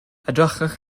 edrychwch